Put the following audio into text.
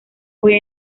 hoy